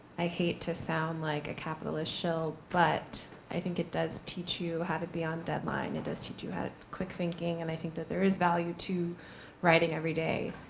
i hate to sound like a capitalist shell, but i think it does teach you how to be on deadline. it does teach you how to quick thinking, and i think that there is value to writing everyday.